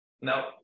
Now